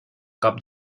cop